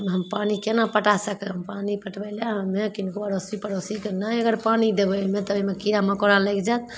ताहिमे हम पानि केना पटा सकब पानि पटबै लए हमे किनको अड़ोसी पड़ोसीके नहि अगर पानि देबै ओहिमे तऽ ओहिमे कीड़ा मकौड़ा लागि जायत